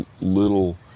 little